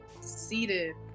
seated